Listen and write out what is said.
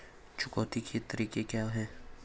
चुकौती के तरीके क्या हैं?